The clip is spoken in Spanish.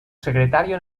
secretario